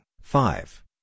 five